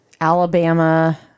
Alabama